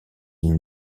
une